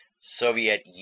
Soviet